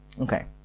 Okay